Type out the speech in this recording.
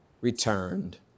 returned